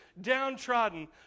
downtrodden